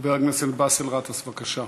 חבר הכנסת באסל גטאס, בבקשה.